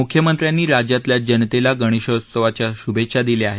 मुख्यमंत्र्यांनी राज्यातल्या जनतेला गणेशोत्सवाच्या शुभेच्छा दिल्या आहेत